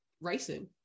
racing